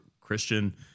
christian